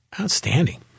Outstanding